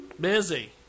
Busy